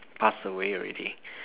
pass away already